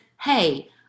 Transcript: hey